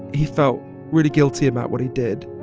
he felt really guilty about what he did